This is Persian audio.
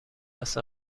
است